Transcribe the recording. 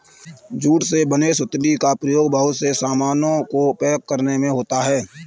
jute से बने सुतली का प्रयोग बहुत से सामानों को पैक करने में होता है